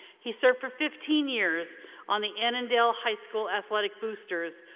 he served for fifteen years on the annandale high school athletic boosters,